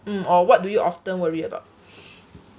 mm or what do you often worry about